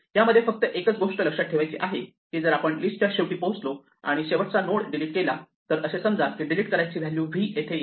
यामध्ये फक्त एकच गोष्ट लक्षात ठेवायची आहे की जर आपण लिस्टच्या शेवटी पोहोचलो आणि शेवटचा नोड डिलीट केला तर असे समजा की डिलीट करायची व्हॅल्यू v येथे आहे